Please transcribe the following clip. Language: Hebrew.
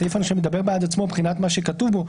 הסעיף הראשון מדבר בעד עצמו מבחינת מה שכתוב בו.